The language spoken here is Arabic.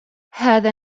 هذا